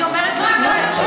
אני אומרת לו להיכנס.